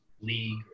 league